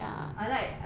I like I like